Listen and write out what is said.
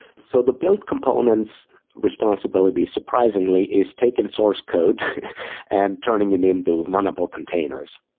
so the build component's responsibility surprisingly is taking source code and turning it into runnable containers,